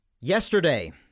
Yesterday